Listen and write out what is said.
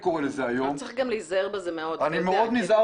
אבל צריך מאוד להיזהר בזה, אתה יודע.